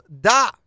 Da